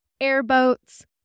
airboats